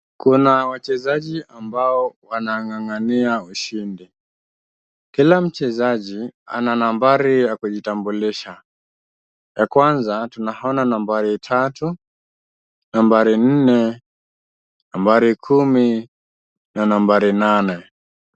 Kuna wachezaji ambao wanang'ang'ania ushindi. Kila mchezaji ana nambari ya kujitambulisha. Ya kwanza tunaona nambari tatu, nambari nne, nambari kumi na nambari nane.